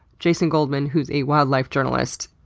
jason goldman who's a wildlife journalist.